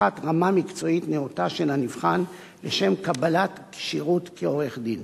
הבטחת רמה מקצועית נאותה של הנבחן לשם קבלת כשירות כעורך-דין.